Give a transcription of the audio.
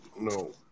No